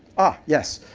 ah, yes.